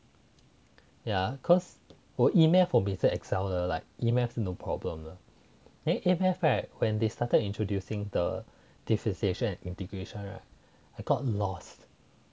ya cause 我 E math 我每次 excel 的 like E math 是 no problem then A math right when they start introducing the differentiation and integration right I got lost